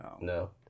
No